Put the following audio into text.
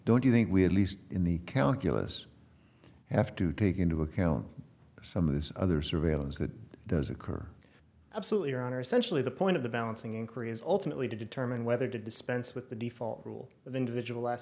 don't you think we at least in the calculus have to take into account some of this other surveillance that does occur absolutely or are essentially the point of the balancing inquiry is ultimately to determine whether to dispense with the default rule of individual last